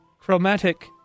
chromatic